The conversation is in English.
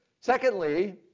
Secondly